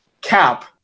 Cap